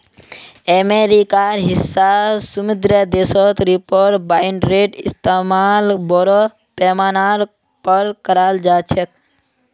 अमेरिकार हिस्सा समृद्ध देशत रीपर बाइंडरेर इस्तमाल बोरो पैमानार पर कराल जा छेक